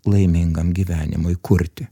laimingam gyvenimui kurti